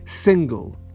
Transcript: single